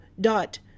dot